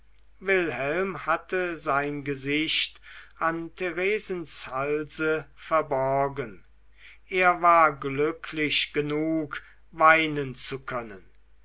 wilhelm hatte sein gesicht an theresens halse verborgen er war glücklich genug weinen zu können